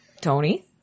Tony